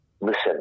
listen